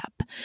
up